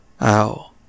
OW